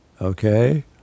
Okay